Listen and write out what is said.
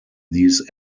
these